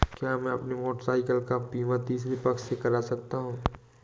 क्या मैं अपनी मोटरसाइकिल का बीमा तीसरे पक्ष से करा सकता हूँ?